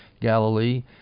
Galilee